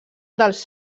dels